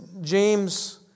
James